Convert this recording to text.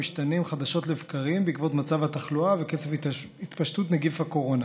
המשתנים חדשות לבקרים בעקבות מצב התחלואה וקצב התפשטות נגיף הקורונה.